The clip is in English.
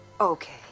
Okay